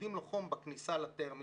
מודדים לו חום בכניסה לטרמינל,